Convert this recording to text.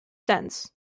since